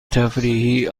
تفریحی